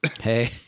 Hey